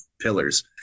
pillars